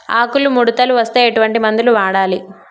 ఆకులు ముడతలు వస్తే ఎటువంటి మందులు వాడాలి?